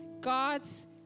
God's